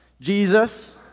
Jesus